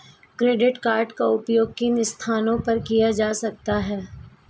Credit card का उपयोग किन स्थानों पर किया जा सकता है?